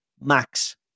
Max